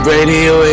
Radio